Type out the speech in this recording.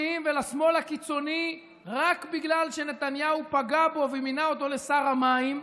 ולשמאל הקיצוני רק בגלל שנתניהו פגע בו ומינה אותו לשר המים,